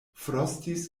frostis